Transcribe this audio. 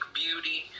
beauty